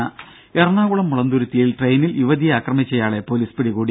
രംഭ എറണാകുളം മുളന്തുരുത്തിയിൽ ട്രെയിനിൽ യുവതിയെ ആക്രമിച്ചയാളെ പോലീസ് പിടികൂടി